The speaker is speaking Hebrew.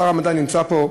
שר המדע נמצא פה,